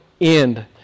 end